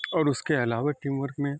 اور اس کے علاوہ ٹیم ورک میں